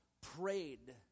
prayed